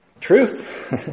Truth